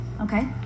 okay